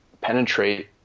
penetrate